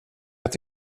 att